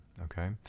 okay